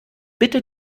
bitte